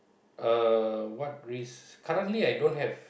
uh what risk currently I don't have